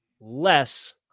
less